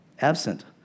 Absent